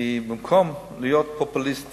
כי במקום להיות פופוליסט